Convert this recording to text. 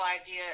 idea